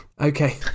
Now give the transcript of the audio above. Okay